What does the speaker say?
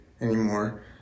anymore